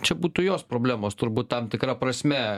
čia būtų jos problemos turbūt tam tikra prasme